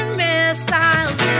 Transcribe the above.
missiles